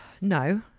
no